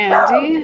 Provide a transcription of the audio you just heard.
Andy